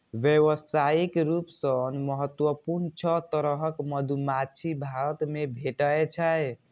व्यावसायिक रूप सं महत्वपूर्ण छह तरहक मधुमाछी भारत मे भेटै छै